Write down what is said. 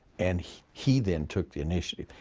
and he he then took the initiative.